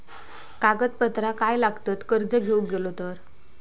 कागदपत्रा काय लागतत कर्ज घेऊक गेलो तर?